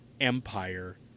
Empire